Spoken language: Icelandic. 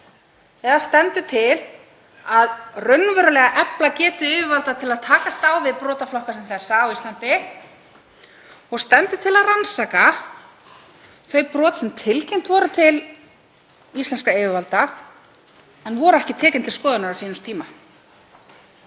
eða stendur til að efla raunverulega getu yfirvalda til að takast á við brotaflokka sem þessa á Íslandi og stendur til að rannsaka þau brot sem tilkynnt voru til íslenskra yfirvalda en voru ekki tekin til skoðunar á sínum tíma?